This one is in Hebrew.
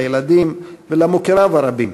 לילדים ולמוקיריו הרבים.